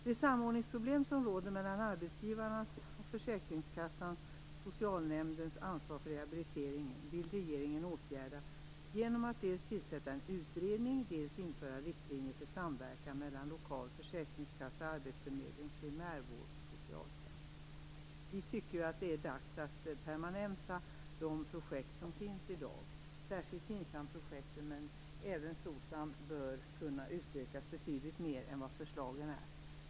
De samordningsproblem som råder mellan arbetsgivarnas, försäkringskassans och socialnämndens ansvar för rehabilitering vill regeringen åtgärda genom att dels tillsätta en utredning, dels införa riktlinjer för samverkan mellan lokal försäkringskassa, arbetsförmedling, primärvård och socialtjänst. Vi tycker att det är dags att permanenta de projekt som i dag finns. Det gäller särskilt FINSAM-projekten, men även SOCSAM bör kunna utökas betydligt mer än i förevarande förslag.